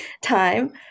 time